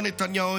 אדון נתניהו,